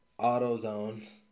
Autozone